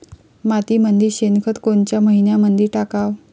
मातीमंदी शेणखत कोनच्या मइन्यामंधी टाकाव?